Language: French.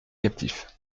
captif